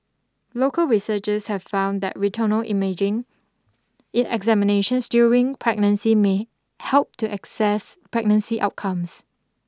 local researchers have found that retinal imaging examinations during pregnancy may help to access pregnancy outcomes